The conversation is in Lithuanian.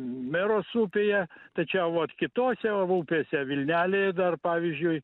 meros upėje tačiau ar kitose upėse vilnelėje dar pavyzdžiui